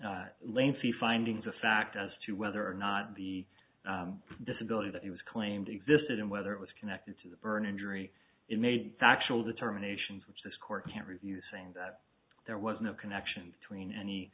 made lengthy findings of fact as to whether or not the disability that he was claimed existed and whether it was connected to the burn injury it made factual determinations which the score can review saying that there was no connection between any